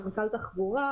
מנכ"ל משרד התחבורה,